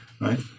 right